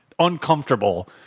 uncomfortable